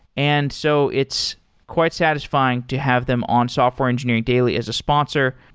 and so it's quite satisfying to have them on software engineering daily as a sponsor.